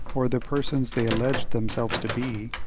or the persons they alleged themselves to be,